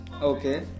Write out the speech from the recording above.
Okay